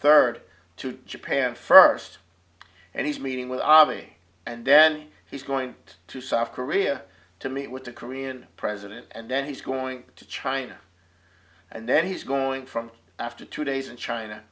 third to japan first and he's meeting with me and then he's going to soft korea to meet with the korean president and then he's going to china and then he's going from after two days in china